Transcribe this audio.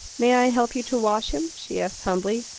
may i help you to wash him? she asked humbly.